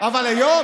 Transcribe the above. אבל היום,